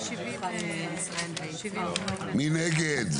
מי נגד?